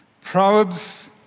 Proverbs